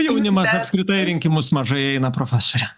jaunimas apskritai į rinkimus mažai eina profesore